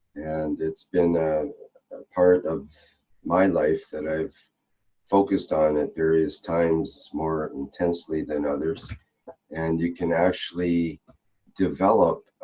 and it's been a part of my life that i've focused on it. there is times more intensely than others and you can actually develop